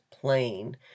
plain